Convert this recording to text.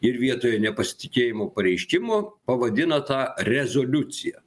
ir vietoje nepasitikėjimo pareiškimo pavadino tą rezoliucija